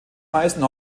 meisten